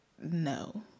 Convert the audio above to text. no